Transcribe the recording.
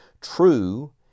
True